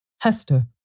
Hester